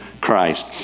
Christ